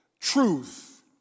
truth